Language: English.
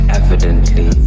evidently